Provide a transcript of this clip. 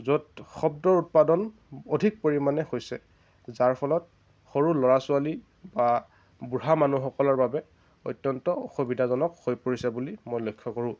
য'ত শব্দৰ উৎপাদন অধিক পৰিমাণে হৈছে যাৰ ফলত সৰু ল'ৰা ছোৱালী বা বুঢ়া মানুহ সকলৰ বাবে অত্যন্ত অসুবিধাজনক হৈ পৰিছে বুলি মই লক্ষ্য কৰোঁ